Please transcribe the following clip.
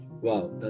Wow